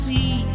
See